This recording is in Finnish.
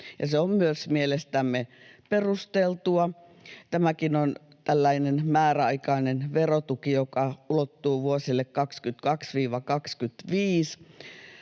myös mielestämme perusteltua. Tämäkin on tällainen määräaikainen verotuki, joka ulottuu vuosille 22—25,